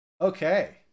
Okay